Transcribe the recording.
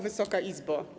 Wysoka Izbo!